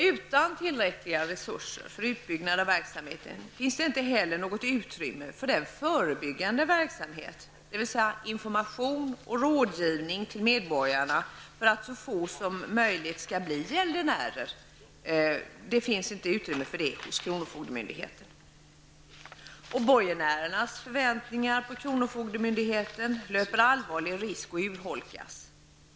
Utan tillräckliga resurser för utbyggnad av verksamheten finns det inte heller något utrymme för förebyggande verksamhet, dvs. information och rådgivning till medborgarna, för att så få som möjligt skall bli gäldenärer. Borgenärernas förväntningar på kronofogdemyndigheten löper allvarlig risk att urholkas.